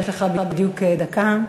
יש לך בדיוק דקה.